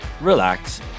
relax